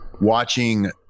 watching